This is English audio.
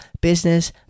Business